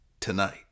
tonight